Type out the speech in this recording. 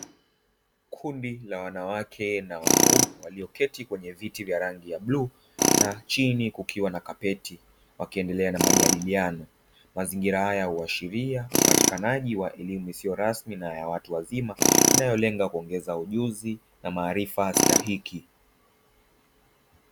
Kundi la wanawake na wanaume walioketi kwenye viti vya rangi ya bluu, na chini kukiwa na kapeti wakiendelea na majadiliano, mazingira haya uashiria upatikanaji wa elimu isiyo rasmi na ya watu wazima, inayo lenga kuongeza ujuzi na maarifa stahiki.